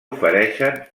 ofereixen